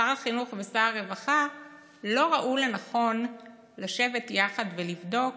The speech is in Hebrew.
שר החינוך ושר הרווחה לא ראו לנכון לשבת יחד ולבדוק